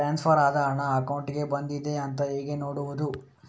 Transfer ಆದ ಹಣ ಅಕೌಂಟಿಗೆ ಬಂದಿದೆ ಅಂತ ಹೇಗೆ ನೋಡುವುದು?